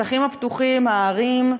השטחים הפתוחים, הערים,